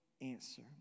answer